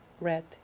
red